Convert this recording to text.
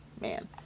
man